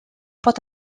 pot